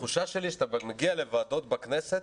התחושה שלי, שאתה מגיע לוועדות בכנסת,